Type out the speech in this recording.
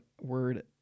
word